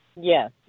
Yes